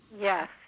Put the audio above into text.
Yes